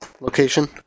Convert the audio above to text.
location